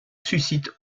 suscite